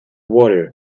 water